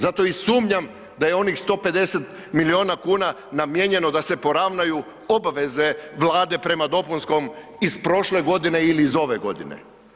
Zato i sumnjam da je onih 150 milijuna kuna namijenjeno da se poravnaju obaveze Vlade prema dopunskom iz prošle godine ili iz ove godine.